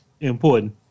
important